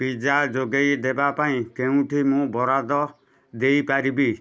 pizza ଯୋଗାଇ ଦେବାପାଇଁ କେଉଁଠୁ ମୁଁ ବରାଦ ଦେଇପାରିବି